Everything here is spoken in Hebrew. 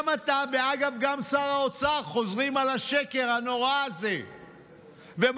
גם אתה וגם שר האוצר חוזרים על השקר הנורא הזה ומדביקים